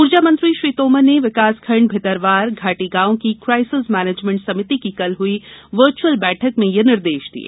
ऊर्जा मंत्री श्री तोमर ने विकासखण्ड भितरवार घाटीगाँव की क्राइसेस मैनेजमेंट समिति की कल हई वर्च्अली बैठक में यह निर्देश दिए